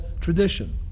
tradition